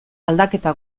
aldaketa